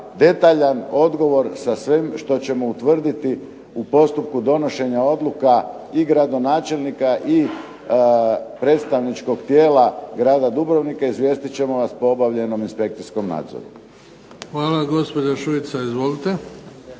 detaljan odgovor sa svim što ćemo utvrditi u postupku donošenja odluka i gradonačelnika i predstavničkog tijela grada Dubrovnika izvijestit ćemo vas po obavljenom inspekcijskom nadzoru. **Bebić, Luka (HDZ)**